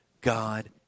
God